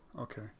Okay